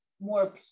more